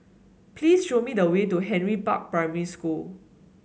please show me the way to Henry Park Primary School